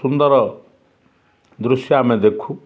ସୁନ୍ଦର ଦୃଶ୍ୟ ଆମେ ଦେଖୁ